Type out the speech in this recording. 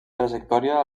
trajectòria